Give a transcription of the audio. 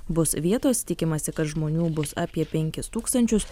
bus vietos tikimasi kad žmonių bus apie penkis tūkstančius